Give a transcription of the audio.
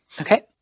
Okay